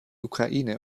ukraine